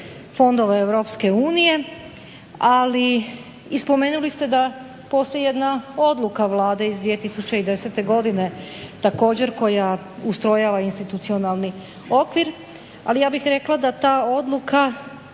fondova EU i spomenuli ste da postoji jedna odluka Vlade iz 2010. godine također koja ustrojava institucionalni okvir. Ali ja bih rekla da ta odluka